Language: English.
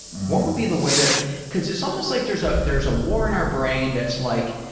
what would be the way that cause it's almost like there's ah there's a war in our brain that's like,